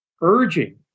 urging